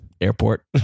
airport